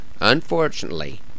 Unfortunately